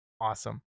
awesome